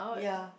ya